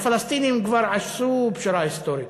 הפלסטינים כבר עשו פשרה היסטורית.